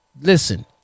listen